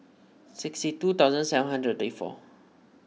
sixty two thousand seven hundred and thirty four